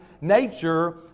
nature